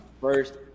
first